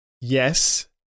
Yes